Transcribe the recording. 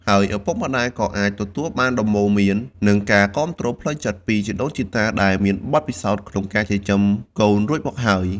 ហើយឪពុកម្តាយក៏អាចទទួលបានដំបូន្មាន និងការគាំទ្រផ្លូវចិត្តពីជីដូនជីតាដែលមានបទពិសោធន៍ក្នុងការចិញ្ចឹមកូនរួចមកហើយ។